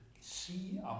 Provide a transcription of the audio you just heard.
see